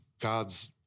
God's